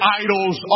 idols